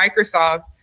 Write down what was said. Microsoft